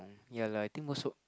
ya lah I think also